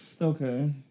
Okay